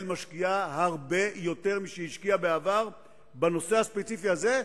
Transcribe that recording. משקיעה הרבה יותר משהשקיעה בעבר בנושא הספציפי הזה,